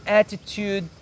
attitude